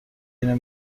اینو